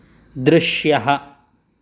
दृश्यम्